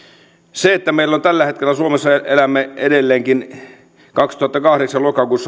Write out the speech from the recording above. tällä hetkellä elämme suomessa edelleenkin lokakuussa kaksituhattakahdeksan